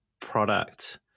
product